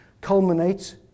culminates